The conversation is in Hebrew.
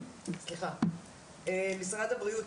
משרד הבריאות